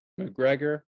McGregor